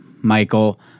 Michael